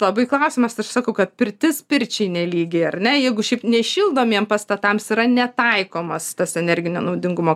labai klausimas aš sakau kad pirtis pirčiai nelygi ar ne jeigu šiaip nešildomiem pastatams yra ne taikomas tas energinio naudingumo